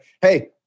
hey